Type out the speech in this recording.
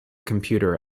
computer